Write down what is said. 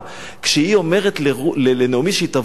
כשהיא אומרת לנעמי שהיא תבוא אתה,